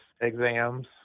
exams